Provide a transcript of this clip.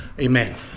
Amen